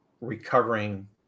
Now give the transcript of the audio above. recovering